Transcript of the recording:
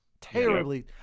Terribly